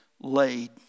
laid